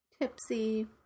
tipsy